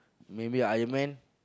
maybe Iron-Man